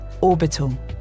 Orbital